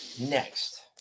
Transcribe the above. next